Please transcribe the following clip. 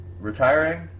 retiring